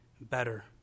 better